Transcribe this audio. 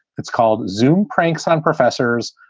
it's called zoome pranks on professors,